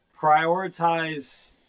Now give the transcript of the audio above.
prioritize